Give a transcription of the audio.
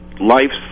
life's